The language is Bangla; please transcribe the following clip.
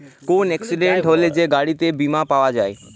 কোন এক্সিডেন্ট হলে যে গাড়িতে বীমা পাওয়া যায়